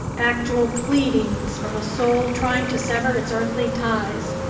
actual pleadings from a soul trying to sever its earthly ties.